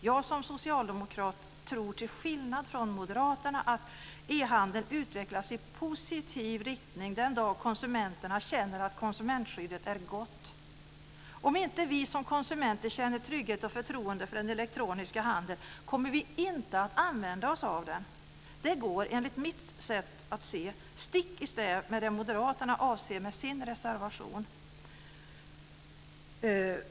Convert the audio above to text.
Jag som socialdemokrat tror till skillnad från Moderaterna att e-handeln utvecklas i positiv riktning den dag konsumenterna känner att konsumentskyddet är gott. Om inte vi som konsumenter känner trygghet och förtroende för den elektroniska handeln kommer vi inte att använda oss av den. Det går, enligt mitt sätt att se, stick i stäv med det Moderaterna avser med sin reservation.